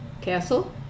castle